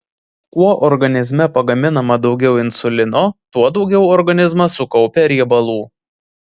kuo organizme pagaminama daugiau insulino tuo daugiau organizmas sukaupia riebalų